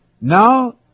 Now